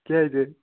کیٛازِ حظ